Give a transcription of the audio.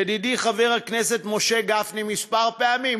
ידידי חבר הכנסת משה גפני, כמה פעמים.